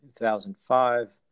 2005